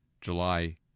July